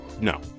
No